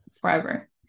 forever